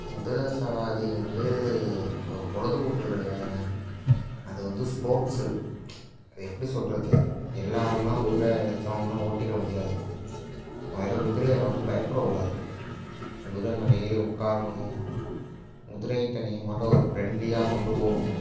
குதிரை சவாரி வந்து ஒரு பொழுதுபோக்கு கிடையாதுங்க அது வந்து ஸ்போர்ட்ஸு அதை எப்படி சொல்கிறது எல்லாேரும்லாம் குதிரை எடுத்தோன்னே ஓட்டிவிட முடியாது முதல்ல குதிரையை பார்த்து பயப்படக்கூடாது குதிரை மேலே ஏறி உக்காரணும் குதிரை கிட்டே நீங்கள் முதல்ல ஒரு ஃப்ரெண்ட்லியாக கொண்டு போகணும்